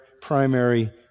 primary